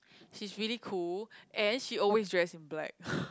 she's really cool and she always dress in black